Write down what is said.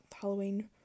halloween